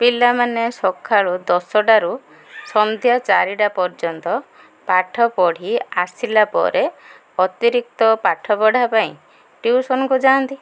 ପିଲାମାନେ ସଖାଳୁ ଦଶଟାରୁ ସନ୍ଧ୍ୟା ଚାରିଟା ପର୍ଯ୍ୟନ୍ତ ପାଠ ପଢ଼ି ଆସିଲା ପରେ ଅତିରିକ୍ତ ପାଠ ପଢ଼ା ପାଇଁ ଟ୍ୟୁସନ୍କୁ ଯାଆନ୍ତି